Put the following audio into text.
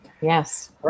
Yes